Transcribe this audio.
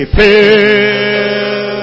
fill